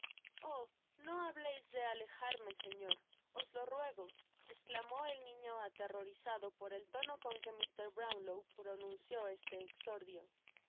no hableis de alejarme señor os lo ruego esclamó e niño aterrorizado por el tono con que mr brownlow pronunció este exordio no